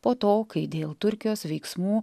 po to kai dėl turkijos veiksmų